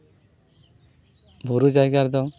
ᱵᱩᱨᱩ ᱡᱟᱭᱜᱟ ᱨᱮᱫᱚ